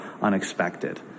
unexpected